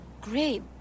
Great